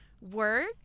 work